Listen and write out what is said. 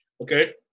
Okay